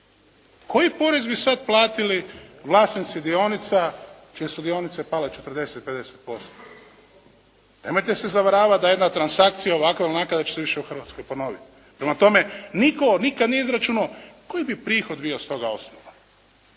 Koji porez bi sad platili vlasnici dionica čije su dionice pale 40, 50%. Nemojte se zavaravati da jedna transakcija ovakva ili onakva da će se više u Hrvatskoj ponoviti. Prema tome nitko nikad nije izračunao koji bi prihod bio s toga osnova?